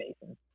Basin